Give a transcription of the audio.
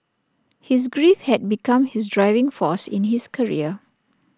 his grief had become his driving force in his career